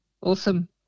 Awesome